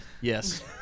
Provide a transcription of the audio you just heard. yes